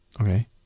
okay